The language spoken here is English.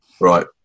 right